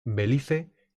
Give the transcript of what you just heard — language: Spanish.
belice